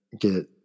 get